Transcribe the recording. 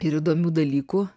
ir įdomių dalykų